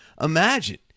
imagine